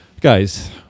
guys